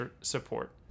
support